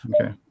Okay